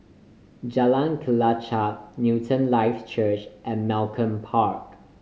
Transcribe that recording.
Jalan Kelichap Newton Life Church and Malcolm Park